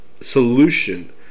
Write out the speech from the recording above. solution